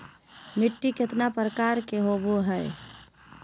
मिट्टी केतना प्रकार के होबो हाय?